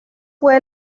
fue